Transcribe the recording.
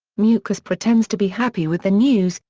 mukesh pretends to be happy with the news,